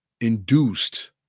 induced